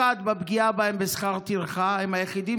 1. על הפגיעה בהם בשכר טרחה הם היחידים